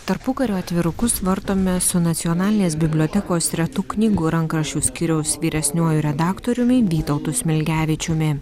tarpukario atvirukus vartome su nacionalinės bibliotekos retų knygų ir rankraščių skyriaus vyresniuoju redaktoriumi vytautu smilgevičiumi